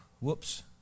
Whoops